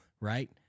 right